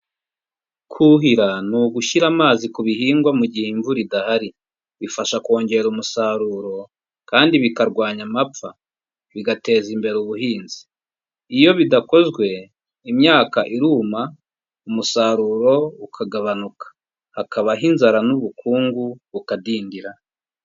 Kuhira ni ugushyira amazi ku bihingwa mu gihe imvura idahari, bifasha kongera umusaruro kandi bikarwanya amapfa bigateza imbere ubuhinzi, iyo bidakozwe imyaka iruma umusaruro ukagabanuka, hakabaho inzara n'ubukungu bukadindira.